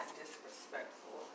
disrespectful